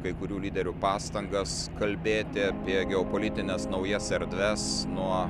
kai kurių lyderių pastangas kalbėti apie geopolitines naujas erdves nuo